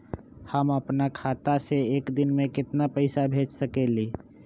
हम अपना खाता से एक दिन में केतना पैसा भेज सकेली?